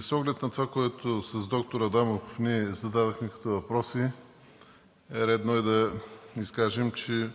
С оглед на това, което ние с доктор Адемов зададохме като въпроси, е редно да изкажем, че